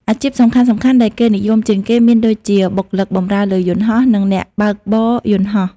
អាជីពសំខាន់ៗដែលគេនិយមជាងគេមានដូចជា បុគ្គលិកបម្រើលើយន្តហោះ និង អ្នកបើកបរយន្តហោះ។